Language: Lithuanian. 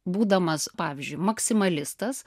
būdamas pavyzdžiui maksimalistas